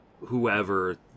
whoever